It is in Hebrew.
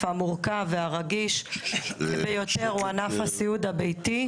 המורכב והרגיש ביותר הוא ענף הסיעוד הביתי.